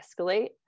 escalate